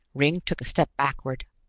ringg took a step backward.